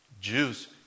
Jews